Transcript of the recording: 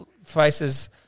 Faces